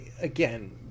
Again